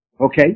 Okay